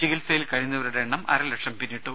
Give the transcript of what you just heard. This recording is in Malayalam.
ചികിത്സയിൽ കഴിയുന്നവരുടെ എണ്ണം അര ലക്ഷം പിന്നിട്ടു